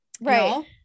Right